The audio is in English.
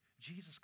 Jesus